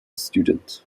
students